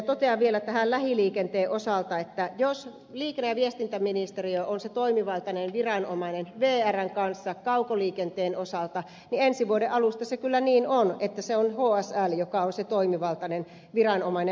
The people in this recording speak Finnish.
totean vielä lähiliikenteen osalta että jos liikenne ja viestintäministeriö on se toimivaltainen viranomainen vrn kanssa kaukoliikenteen osalta niin ensi vuoden alusta se kyllä niin on että se on hsl joka on se toimivaltainen viranomainen